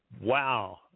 Wow